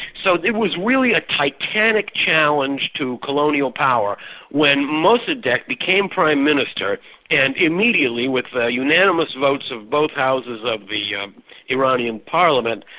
so it was really a titanic challenge to colonial power when mossadeq became prime minister and immediately with the unanimous votes of both houses of the yeah iranian parliament,